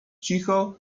cicho